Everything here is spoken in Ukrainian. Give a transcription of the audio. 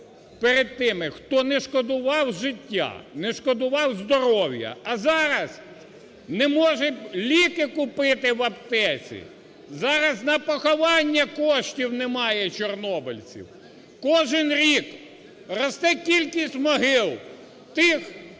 перед тими, хто не шкодував життя, не шкодував здоров'я, а зараз не може ліки купити в аптеці, зараз на поховання коштів немає чорнобильців. Кожен рік росте кількість могил тих,